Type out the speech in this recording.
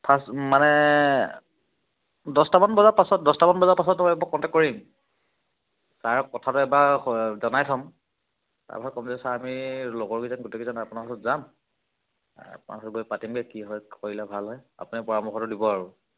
first মানে দছটামান বজাৰ পাছত দছটামান বজাৰ পাছত মই এবাৰ কণ্টেক্ট কৰিম ছাৰক কথাটো এবাৰ জনাই থ'ম তাৰপাছত ক'ম যে ছাৰ আমি লগৰকেইজন গোটেইকেইজন আপোনাৰ ওচৰত যাম আপোনাৰ ওচৰত বৈ পাতিমগৈ কি হয় কৰিলে ভাল হয় আপুনি পৰামৰ্শটো দিব আৰু